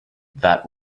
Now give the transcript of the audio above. that